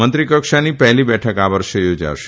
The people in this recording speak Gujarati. મંત્રી કક્ષાની આ પહેલી બેઠક આ વર્ષે યોજાશે